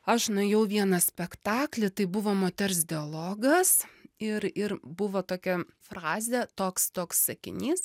aš nuėjau į vieną spektaklį tai buvo moters dialogas ir ir buvo tokia frazė toks toks sakinys